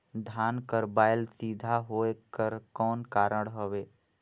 धान कर बायल सीधा होयक कर कौन कारण हवे?